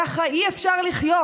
ככה אי-אפשר לחיות.